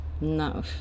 No